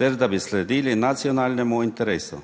ter, da bi sledili nacionalnemu interesu.